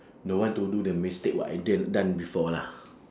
don't want to do the mistake what I done done before lah